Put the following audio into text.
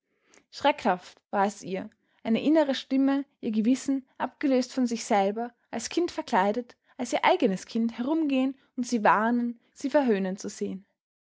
schreckhaft war es ihr eine innere stimme ihr gewissen abgelöst von sich selber als kind verkleidet als ihr eigenes kind herumgehen und sie warnen sie verhöhnen zu sehn